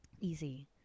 easy